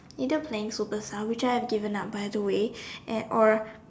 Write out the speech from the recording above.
either playing superstar which I have given up by the way and or